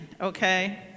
Okay